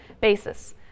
basis